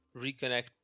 reconnect